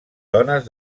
dones